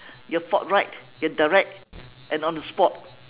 you're forthright you're direct and on the spot